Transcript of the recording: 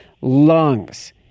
lungs